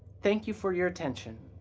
thank you for your attention.